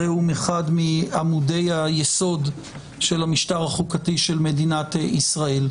הרי הוא אחד מעמודי היסוד של המשטר החוקתי של מדינת ישראל,